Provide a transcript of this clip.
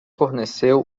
forneceu